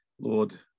Lord